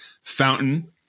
Fountain